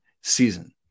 season